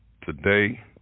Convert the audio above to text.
Today